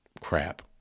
crap